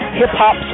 hip-hop